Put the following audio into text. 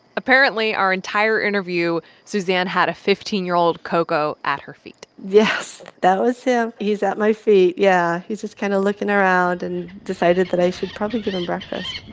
apparently, our entire interview, suzanne had a fifteen year old ko'ko' at her feet yes, that was him. he's at my feet, yeah. he's just kind of looking around and decided that i should probably give him breakfast